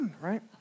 Right